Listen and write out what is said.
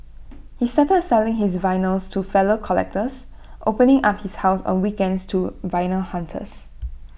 he started selling his vinyls to fellow collectors opening up his house on weekends to vinyl hunters